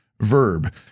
verb